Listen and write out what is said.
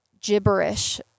gibberish